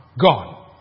Gone